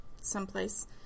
someplace